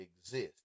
exist